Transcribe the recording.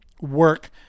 work